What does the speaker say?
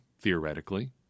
theoretically